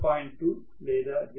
2 లేదా 0